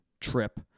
trip